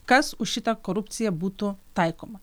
kas už šitą korupciją būtų taikoma